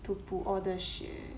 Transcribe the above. to 补 all the shit